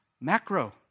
Macro